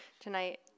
tonight